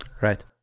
Right